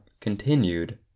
continued